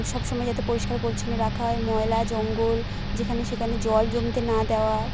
সবসময় যাতে পরিষ্কার পরিছন্ন রাখা হয় ময়লা জঙ্গল যেখানে সেখানে জল জমতে না দেওয়া